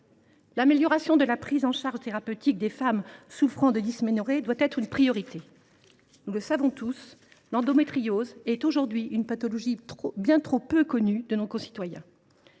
l’amélioration de la prise en charge thérapeutique des femmes souffrant de dysménorrhées doit être une priorité. Nous le savons tous, l’endométriose est aujourd’hui une pathologie bien trop peu connue de nos concitoyens.